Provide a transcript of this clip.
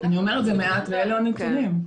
ואלו הנתונים.